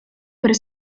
per